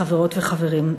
חברות וחברים,